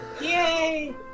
Yay